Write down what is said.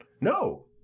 no